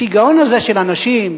השיגעון הזה של אנשים,